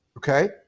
Okay